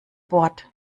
bord